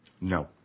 No